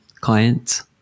clients